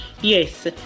Yes